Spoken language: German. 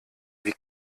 wie